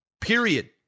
period